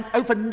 over